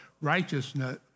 righteousness